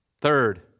Third